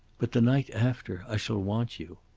but the night after i shall want you.